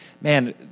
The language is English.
man